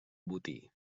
botí